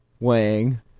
Wang